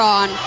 on